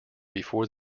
before